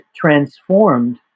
transformed